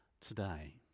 today